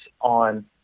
on